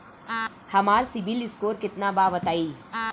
हमार सीबील स्कोर केतना बा बताईं?